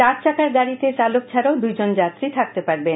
চার চাকার গাড়িতে চালক ছাড়াও দুইজন যাত্রী থাকতে পারবেন